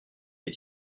les